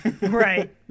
Right